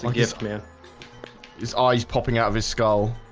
like yes, ma'am his eye he's popping out of his skull